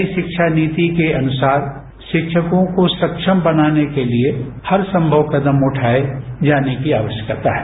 नई शिक्षा नीति के अनुसार शिक्षकों को सक्षम बनाने के लिए हर संभव कदम उठाए जाने की आवश्यकता है